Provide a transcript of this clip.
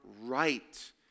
right